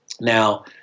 Now